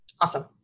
Awesome